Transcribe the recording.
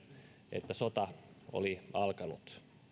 että sota oli alkanut